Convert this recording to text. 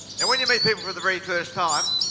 and when you meet people for the very first time